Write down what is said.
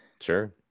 Sure